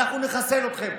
אנחנו נחסל אתכם?